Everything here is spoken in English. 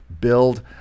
build